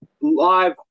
live